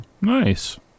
Nice